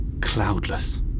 Cloudless